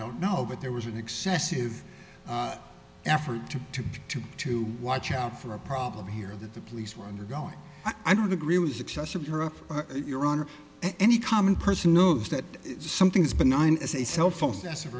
don't know but there was an excessive effort to to to to watch out for a problem here that the police were undergoing i don't agree with excessive europe but your honor any common person knows that something is benign as a cell phone that's